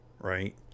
right